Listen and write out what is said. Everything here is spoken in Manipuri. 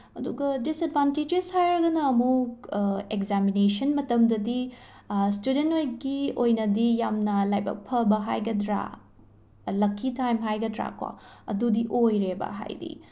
ꯑꯗꯨꯒ ꯗꯤꯁꯑꯦꯗꯚꯥꯟꯇꯦꯖꯦꯁ ꯍꯥꯏꯔꯒꯅ ꯑꯃꯨꯛ ꯑꯦꯛꯖꯥꯃꯤꯅꯦꯁꯟ ꯃꯇꯝꯗꯗꯤ ꯏꯁꯇꯨꯗꯦꯟ ꯍꯣꯏꯒꯤ ꯑꯣꯏꯅꯗꯤ ꯌꯥꯝꯅ ꯂꯥꯏꯕꯛ ꯐꯕ ꯍꯥꯏꯒꯗ꯭ꯔꯥ ꯂꯛꯀꯤ ꯇꯥꯏꯝ ꯍꯥꯏꯒꯗ꯭ꯔꯥꯀꯣ ꯑꯗꯨꯗꯤ ꯑꯣꯏꯔꯦꯕ ꯍꯥꯏꯗꯤ